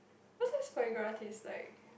what does foie gras taste like